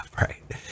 Right